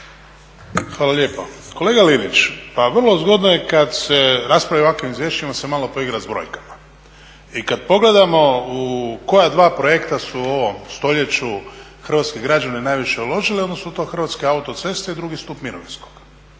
Hvala lijepo. Kolega Linić, pa vrlo zgodno je kad se raspravlja o ovakvim izvješćima se malo poigrat s brojkama i kad pogledamo u koja dva projekta su u ovom stoljeću hrvatski građani najviše uložili onda su to Hrvatske autoceste i drugi stup mirovinskog,